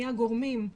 מי הגורמים?